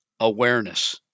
awareness